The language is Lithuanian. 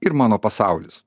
ir mano pasaulis